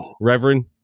Reverend